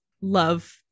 love